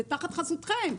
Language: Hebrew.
זה תחת חסותכם.